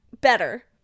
better